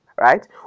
right